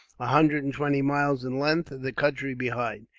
a hundred and twenty miles in length and the country behind,